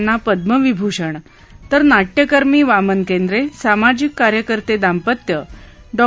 यांना पद्मविभूषण तर नाट्यकर्मी वामन केंद्र झामाजिक कार्यकर्ते दांपत्य डॉ